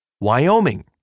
Wyoming